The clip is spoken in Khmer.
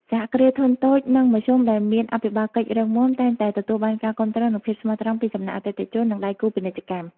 សហគ្រាសធុនតូច និងមធ្យម ដែលមានអភិបាលកិច្ចរឹងមាំ តែងតែទទួលបានការគាំទ្រ និងភាពស្មោះត្រង់ពីសំណាក់អតិថិជន និងដៃគូពាណិជ្ជកម្ម។